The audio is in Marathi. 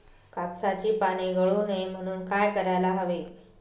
कापसाची पाने गळू नये म्हणून काय करायला हवे?